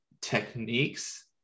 techniques